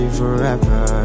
forever